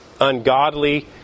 ungodly